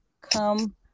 come